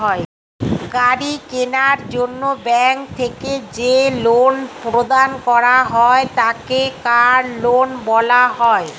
গাড়ি কেনার জন্য ব্যাঙ্ক থেকে যে লোন প্রদান করা হয় তাকে কার লোন বলা হয়